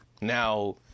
Now